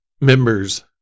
members